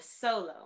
solo